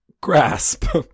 grasp